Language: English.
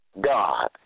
god